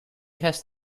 has